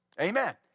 Amen